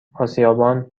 اسیابان